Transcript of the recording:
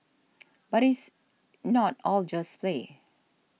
but it's not all just play